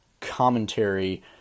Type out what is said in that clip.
commentary